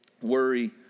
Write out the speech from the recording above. Worry